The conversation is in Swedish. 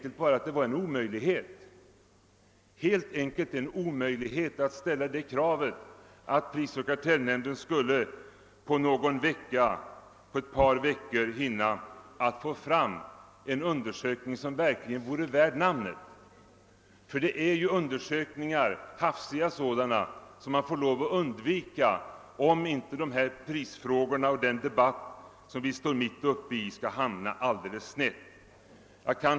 Jag tror att det skulle ha varit en omöjinte tjänstemännen i prisoch kartellnämnden på ett par veckor skulle hinna lägga fram en undersökning värd namnet, ty man måste undvika hastigt gjorda undersökningar om inte prisfrågan och den debatt vi står mitt uppe i skall bli alldeles snedvriden.